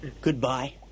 Goodbye